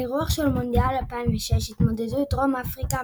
על האירוח של מונדיאל 2006 התמודדו דרום אפריקה,